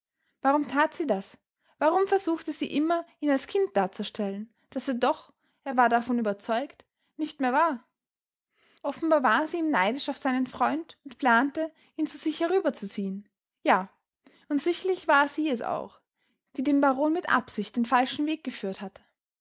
warum tat sie das warum versuchte sie immer ihn als kind darzustellen das er doch er war davon überzeugt nicht mehr war offenbar war sie ihm neidisch auf seinen freund und plante ihn zu sich herüberzuziehen ja und sicherlich war sie es auch die den baron mit absicht den falschen weg geführt hatte